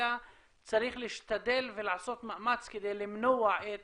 אלא צריך להשתדל ולעשות מאמץ כדי למנוע את